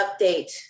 update